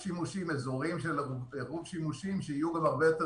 אזורים של עירוב שימושים שיהיו הרבה יותר